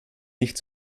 nicht